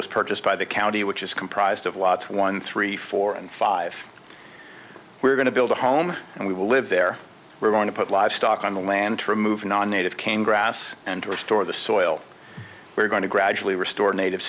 was purchased by the county which is comprised of lots one three four and five we're going to build a home and we will live there we're going to put livestock on the land to remove non native came grass and to restore the soil we're going to gradually restore a native